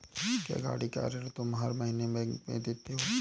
क्या, गाड़ी का ऋण तुम हर महीने बैंक में देते हो?